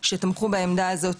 שתמכו בעמדה הזו,